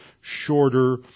shorter